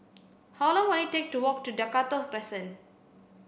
how long will it take to walk to Dakota Crescent